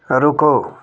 ਰੁਕੋ